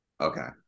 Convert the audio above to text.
Okay